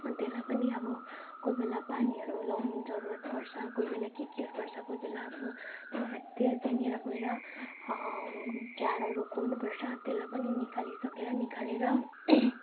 अनि त्यसलाई पनि अब कोही बेला पानीहरू लगाउनु जरुरत पर्छ कोही बेला के केहरू पर्छ कोही बेला अब त्यहाँ त्यहाँनेर गएर झारहरू उक्काउनु पर्छ त्यसलाई पनि निकाली सकेर निकालेर